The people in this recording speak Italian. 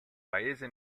paese